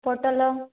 ପୋଟଲ